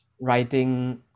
writing